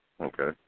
Okay